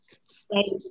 stay